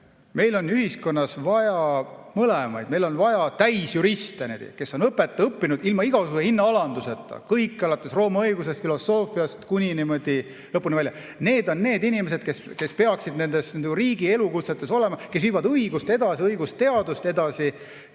Meil on ühiskonnas vaja mõlemaid. Meil on vaja täisjuriste, kes on õppinud ilma igasuguse hinnaalanduseta, kõike, alates Rooma õigusest, filosoofiast kuni lõpuni välja. Need on need inimesed, kes peaksid nendes riigi[ametites] olema, kes viivad õigust edasi, õigusteadust edasi,